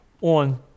on